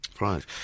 Right